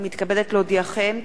הנני מתכבדת להודיעכם,